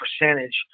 percentage